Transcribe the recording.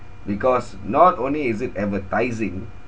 because not only is it advertising